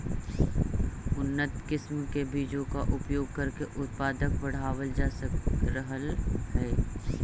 उन्नत किस्म के बीजों का प्रयोग करके उत्पादन बढ़ावल जा रहलइ हे